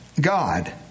God